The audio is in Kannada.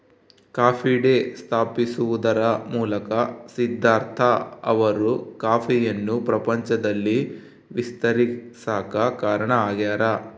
ಕಾಫಿ ಡೇ ಸ್ಥಾಪಿಸುವದರ ಮೂಲಕ ಸಿದ್ದಾರ್ಥ ಅವರು ಕಾಫಿಯನ್ನು ಪ್ರಪಂಚದಲ್ಲಿ ವಿಸ್ತರಿಸಾಕ ಕಾರಣ ಆಗ್ಯಾರ